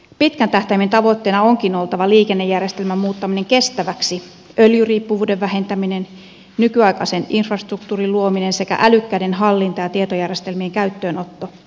pitkän tähtäimen tavoitteena onkin oltava liikennejärjestelmän muuttaminen kestäväksi öljyriippuvuuden vähentäminen nykyaikaisen infrastruktuurin luominen sekä älykkäi den hallinta ja tietojärjestelmien käyttöönotto